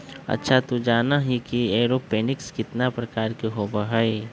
अच्छा तू जाना ही कि एरोपोनिक्स कितना प्रकार के होबा हई?